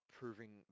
proving